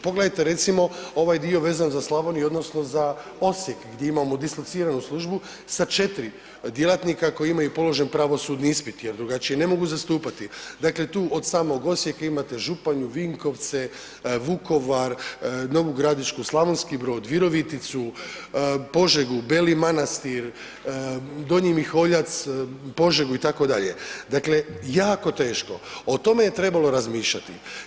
Pogledajte recimo ovaj dio vezan za Slavoniju odnosno za Osijek gdje imamo dislociranu službu sa 4 djelatnika koji imaju položen pravosudni ispit jer drugačije ne mogu zastupati, dakle tu od samog Osijeka imate Županju, Vinkovce, Vukovar, Novu Gradišku, Slavonski Brod, Viroviticu, Požegu, Beli Manastir, Donji Miholjac, Požegu itd., dakle jako teško, o tome je trebalo razmišljati.